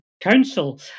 council